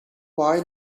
why